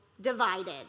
divided